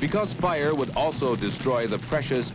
because fire would also destroy the precious